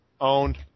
owned